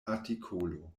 artikolo